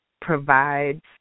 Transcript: provides